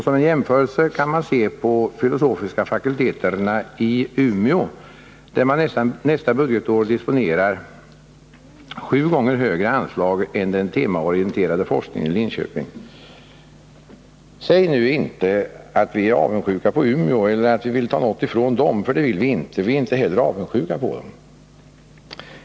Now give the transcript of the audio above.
Som en jämförelse kan nämnas de filosofiska fakulteterna i Umeå, där man nästa budgetår disponerar sju gånger högre anslag än den temaorienterade forskningen i Linköping. Säg nu inte att vi är avundsjuka på Umeå eller att vi vill ta något från universitetet där, för det vill vi inte. Vi är inte heller avundsjuka.